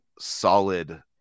solid